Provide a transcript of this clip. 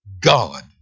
God